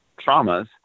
traumas